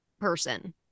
person